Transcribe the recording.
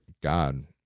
God